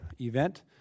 event